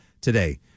today